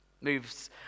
Moves